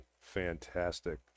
fantastic